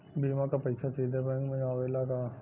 बीमा क पैसा सीधे बैंक में आवेला का?